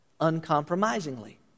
uncompromisingly